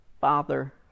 Father